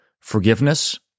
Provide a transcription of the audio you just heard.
forgiveness